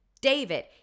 david